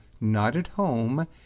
not-at-home